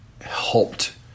helped